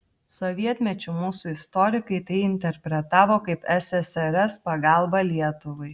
sovietmečiu mūsų istorikai tai interpretavo kaip ssrs pagalbą lietuvai